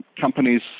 companies